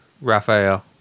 Raphael